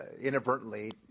inadvertently